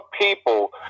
people